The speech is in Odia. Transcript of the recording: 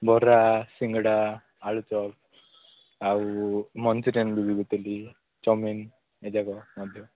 ବରା ସିଙ୍ଗଡ଼ା ଆଳୁ ଚପ୍ ଆଉ ମନଚ୍ୟୁରିଆନ୍ ବି ବିକୁଥିଲି ଚାଉମିନ୍ ଏ ଯାକ ମଧ୍ୟ